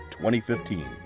2015